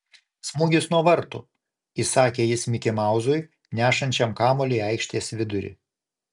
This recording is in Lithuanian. smūgis nuo vartų įsakė jis mikimauzui nešančiam kamuolį į aikštės vidurį